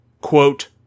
quote